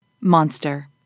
Monster